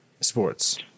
sports